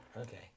Okay